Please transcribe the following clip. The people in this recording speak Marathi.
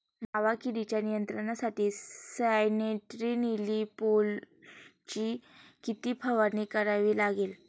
मावा किडीच्या नियंत्रणासाठी स्यान्ट्रेनिलीप्रोलची किती फवारणी करावी लागेल?